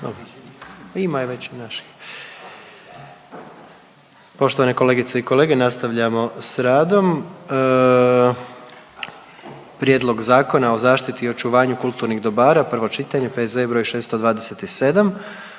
U 13,00 SATI. Poštovane kolegice i kolege nastavljamo s radom. - Prijedlog zakona o zaštiti i očuvanju kulturnih dobara, prvo čitanje, P.Z.E. br. 627.